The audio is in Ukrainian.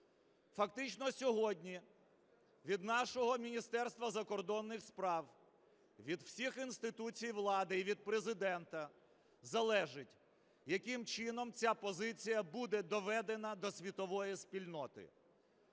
Фактично сьогодні від нашого Міністерства закордонних справ, від всіх інституцій влади і від Президента залежить, яким чином ця позиція буде доведена до світової спільноти.